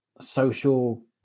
social